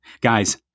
Guys